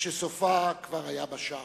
כשסופה כבר היה בשער.